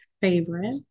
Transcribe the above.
favorite